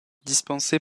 dispensés